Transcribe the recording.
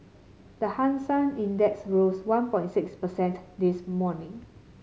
the Hang Seng Index rose one point six percent this morning